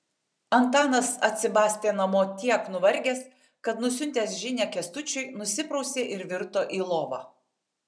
antanas atsibastė namo tiek nuvargęs kad nusiuntęs žinią kęstučiui nusiprausė ir virto į lovą